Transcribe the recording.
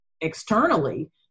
externally